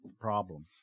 problem